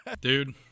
dude